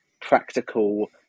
practical